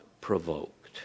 provoked